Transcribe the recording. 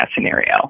scenario